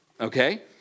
okay